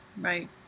right